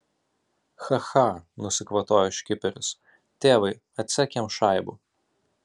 cha cha nusikvatojo škiperis tėvai atsek jam šaibų